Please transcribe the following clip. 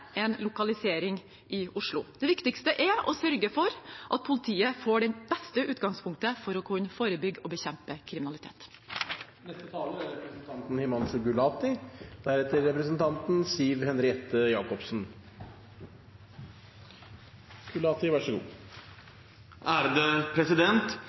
en lokalisering i Oslo. Det viktigste er å sørge for at politiet får det beste utgangspunktet for å kunne forebygge og bekjempe kriminalitet. I de daglige politiske debattene er